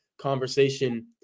conversation